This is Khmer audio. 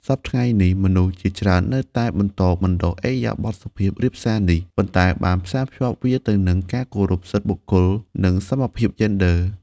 សព្វថ្ងៃនេះ មនុស្សជាច្រើននៅតែបន្តបណ្ដុះឥរិយាបថសុភាពរាបសារនេះ ប៉ុន្តែបានផ្សារភ្ជាប់វាទៅនឹងការគោរពសិទ្ធិបុគ្គល និងសមភាពយេនឌ័រ។